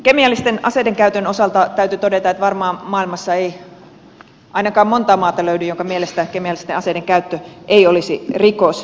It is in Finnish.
kemiallisten aseiden käytön osalta täytyy todeta että varmaan maailmassa ei ainakaan montaa maata löydy joidenka mielestä kemiallisten aseiden käyttö ei olisi rikos